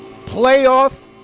playoff